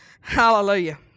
Hallelujah